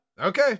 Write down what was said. okay